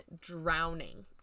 drowning